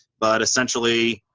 but essentially,